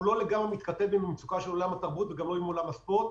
הוא לא לגמרי מתכתב עם המצוקה של עולם התרבות וגם לא עם עולם הספורט,